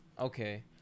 Okay